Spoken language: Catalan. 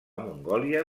mongòlia